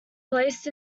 placed